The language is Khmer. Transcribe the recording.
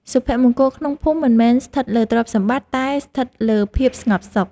សុភមង្គលក្នុងភូមិមិនមែនស្ថិតលើទ្រព្យសម្បត្តិ តែស្ថិតលើភាពស្ងប់សុខ។